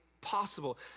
possible